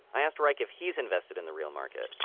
i asked reich if he's invested in the real market.